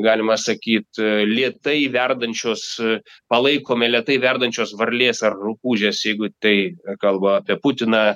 galima sakyt lėtai verdančius palaikome lėtai verdančios varlės ar rupūžės jeigu tai kalba apie putiną